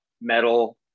metal